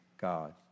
God